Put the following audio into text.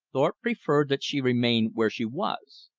thorpe preferred that she remain where she was.